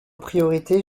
priorités